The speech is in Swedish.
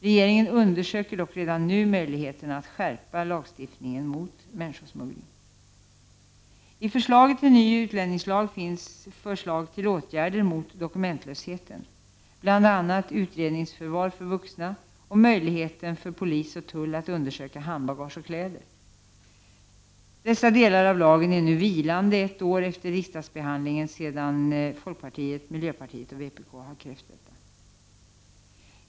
Regeringen undersöker dock redan nu möjligheterna att skärpa lagstiftningen mot människosmuggling. I förslaget till den nya utlänningslagen finns förslag till åtgärder mot dokumentlösheten, bl.a. utredningsförvar av vuxna och möjligheter för polis och tull att undersöka handbagage och kläder. Dessa delar av lagen är nu vilande ett år efter riksdagsbehandlingen sedan folkpartiet, miljöpartiet och vänsterpartiet kommunisterna krävt detta.